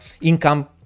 income